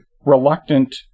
reluctant